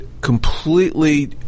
completely